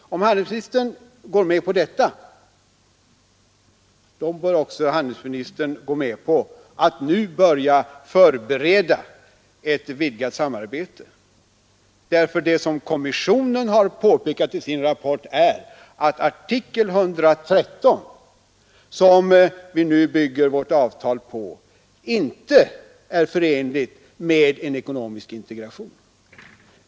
Om handelsministern går med på detta, bör handelsministern också gå med på att nu börja förbereda ett vidgat samarbete. Det som kommissionen påpekat i sin rapport är att artikel 113, som vi nu bygger vårt avtal på, inte är förenlig med en ekonomisk integration.